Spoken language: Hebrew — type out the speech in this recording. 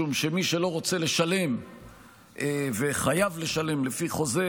משום שמי שלא רוצה לשלם וחייב לשלם לפי חוזה,